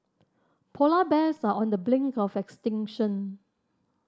polar bears are on the brink of extinction